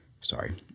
sorry